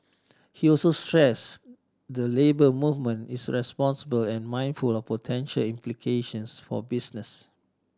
he also stressed the Labour Movement is responsible and mindful of potential implications for business